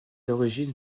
l’origine